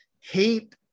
hate